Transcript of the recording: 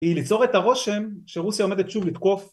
היא ליצור את הרושם שרוסיה עומדת שוב לתקוף